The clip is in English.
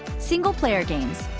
single-player games.